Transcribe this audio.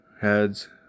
heads